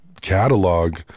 catalog